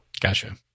Gotcha